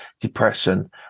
depression